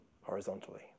horizontally